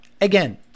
again